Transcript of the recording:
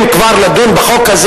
אם כבר לדון בחוק הזה,